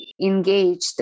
engaged